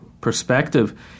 perspective